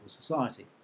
society